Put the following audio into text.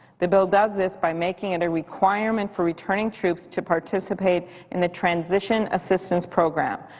the bill does this by making it a requirement for returning troops to participate in the transition assistance program,